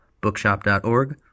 bookshop.org